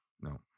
No